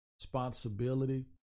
responsibility